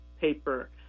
paper